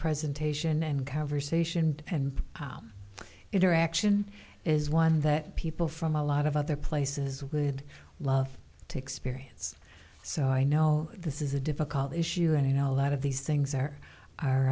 presentation and conversation depend interaction is one that people from a lot of other places would love to experience so i know this is a difficult issue any know a lot of these things are